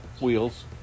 wheels